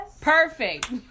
perfect